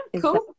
cool